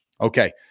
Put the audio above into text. Okay